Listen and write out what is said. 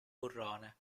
burrone